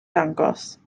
dangos